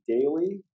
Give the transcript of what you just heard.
daily